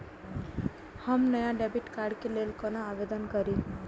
हम नया debit card के लल कौना आवेदन करि?